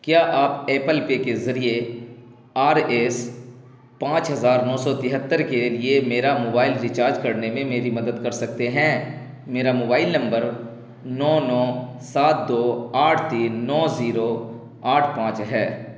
کیا آپ Apple Pay کے ذریعے آر ایس پانچ ہزار نو سو تہتر کے لیے میرا موبائل ریچارج کرنے میں میری مدد کر سکتے ہیں میرا موبائل نمبر نو نو سات دو آٹھ تین نو زیرو آٹھ پانچ ہے